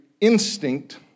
instinct